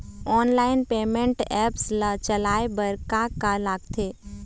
Online payment apps ला चलाए बार का का लगथे?